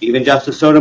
even just a sort of